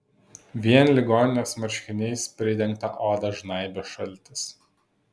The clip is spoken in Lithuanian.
vien ligoninės marškiniais pridengtą odą žnaibė šaltis